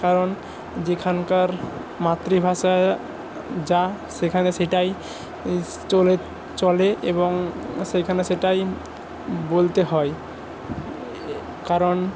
কারণ যেখানকার মাতৃভাষা যা সেখানে সেটাই চলে এবং সেখানে সেটাই বলতে হয় কারণ